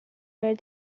where